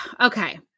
okay